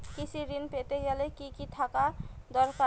কৃষিঋণ পেতে গেলে কি কি থাকা দরকার?